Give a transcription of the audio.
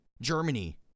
Germany